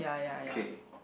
okay